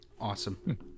Awesome